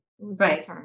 Right